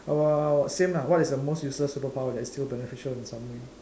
uh same lah what is the most useless superpower that's still beneficial in some way